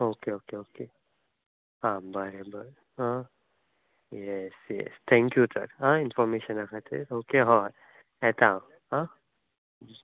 okay okay okay हा बरें बरें हा येस येस थँक्यू सर इनफोर्मेशना खातीर येता हांव हा